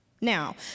Now